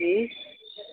जी